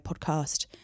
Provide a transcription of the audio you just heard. podcast